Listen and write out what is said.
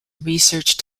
research